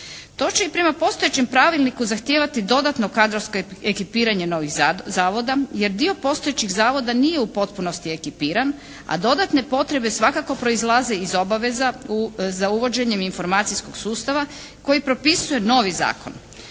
To će prema postojećem pravilniku zahtijevati dodatno kadrovsko ekipiranje novih zavoda jer dio postojećih zavoda nije u potpunosti ekipiran a dodatne potrebe svakako proizlaze iz obaveza za uvođenjem informacijskog sustava koji propisuje novi zakon.